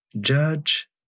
judge